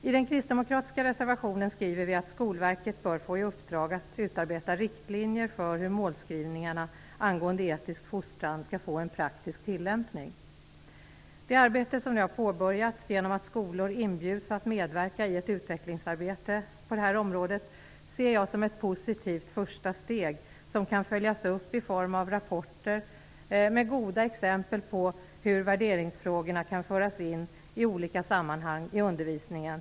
I den kristdemokratiska reservationen skriver vi att Skolverket bör få i uppdrag att utarbeta riktlinjer för hur målbeskrivningarna angående etisk fostran skall få en praktsik tillämpning. Det arbete som nu har påbörjats genom att skolor inbjuds att medverka i ett utvecklingsarbete på det här området, ser jag som ett positivt första steg. Det kan följas upp med rapporter om goda exempel på hur värderingsfrågorna kan föras in i olika sammanhang i undervisningen.